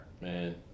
Man